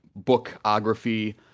bookography